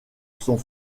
sont